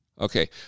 Okay